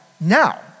now